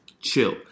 chill